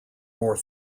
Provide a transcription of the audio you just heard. more